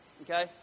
Okay